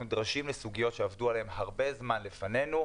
נדרשים לסוגיות שעבדו עליהן הרבה זמן לפנינו,